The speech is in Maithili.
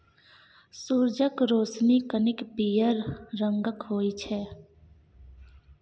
सुरजक रोशनी कनिक पीयर रंगक होइ छै